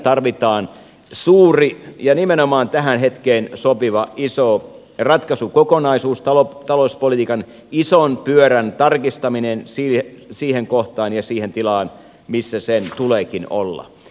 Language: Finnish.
tarvitaan suuri ja nimenomaan tähän hetkeen sopiva iso ratkaisukokonaisuus talouspolitiikan ison pyörän tarkistaminen siihen kohtaan ja siihen tilaan missä sen tuleekin olla